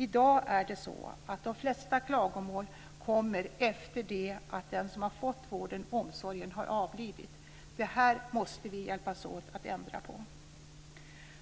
I dag kommer de flesta klagomål efter det att den som har fått vården och omsorgen har avlidit. Det här måste vi hjälpas åt att ändra på.